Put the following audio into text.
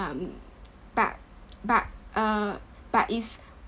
um but but err but is